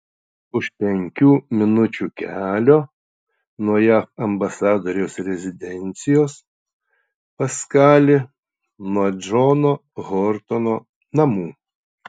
už penkių minučių kelio nuo jav ambasadoriaus rezidencijos paskali nuo džono hotorno namų